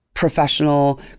professional